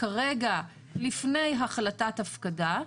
כרגע לפני החלטת הפקדה,